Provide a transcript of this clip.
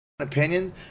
Opinion